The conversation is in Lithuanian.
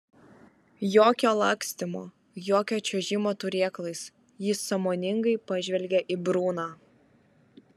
jokio lakstymo jokio čiuožimo turėklais jis sąmoningai pažvelgė į bruną